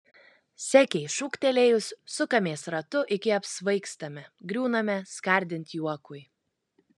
sekei šūktelėjus sukamės ratu iki apsvaigstame griūname skardint juokui